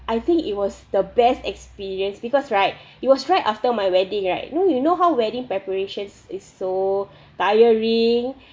I think it was the best experience because right it was right after my wedding right know you know how wedding preparations is so tiring